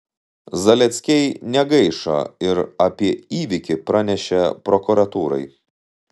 zaleckiai negaišo ir apie įvykį pranešė prokuratūrai